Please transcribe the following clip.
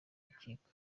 rukiko